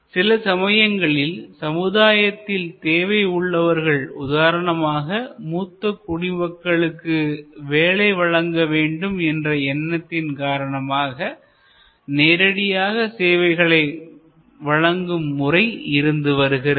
சில சமயங்களில் சமுதாயத்தில் தேவை உள்ளவர்கள் உதாரணமாக மூத்த குடிமக்களுக்கு வேலை வழங்க வேண்டும் என்ற எண்ணத்தின் காரணமாக நேரடியாக சேவைகளை வழங்கும் முறை இருந்து வருகிறது